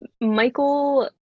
Michael